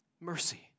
mercy